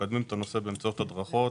מקדמים את הנושא באמצעות הדרכות.